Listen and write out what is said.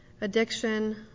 addiction